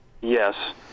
Yes